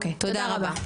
תודה רבה.